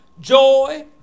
joy